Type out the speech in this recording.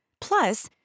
Plus